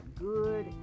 good